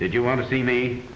if you want to see me